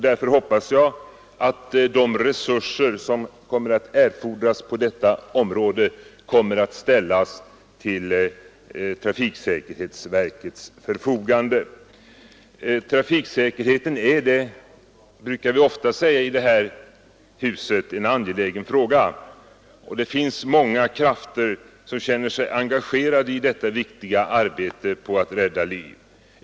Därför hoppas jag att de resurser som kommer att erfordras på detta område kommer att ställas till trafiksäkerhetsverkets förfogande. Trafiksäkerheten är — det brukar vi ofta säga här i huset — en angelägen sak, och det finns många krafter som är engagerade i detta viktiga arbete på att rädda liv.